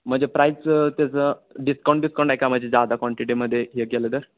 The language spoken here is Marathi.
म्हणजे प्राईस त्याचं डिस्काउंट बिस्काऊंट आहे का माझी जादा क्वांटिटीमध्ये हे केलं तर